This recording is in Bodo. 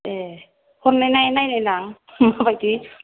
ए हरनायनाय नायनायनां माबायदि